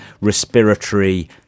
respiratory